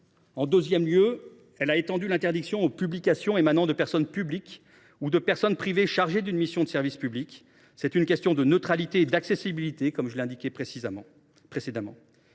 ». Deuxièmement, elle a étendu l’interdiction aux publications émanant de personnes publiques ou de personnes privées chargées d’une mission de service public. C’est une question de neutralité et d’accessibilité, comme je l’ai déjà souligné.